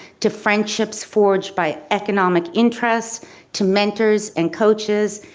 to friendships forged by economic interest to mentors and coaches,